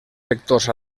sectors